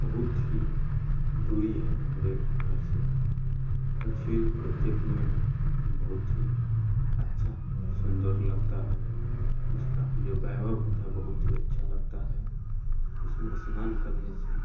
बहुत ही दुरी है हमारे घर से और झील को देखने में भी बहुत ही अच्छा सुंदर लगता है उसका जो वैभव होता है बहुत ही अच्छा लगता है उसमें स्नान करने से